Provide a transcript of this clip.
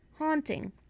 Haunting